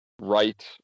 right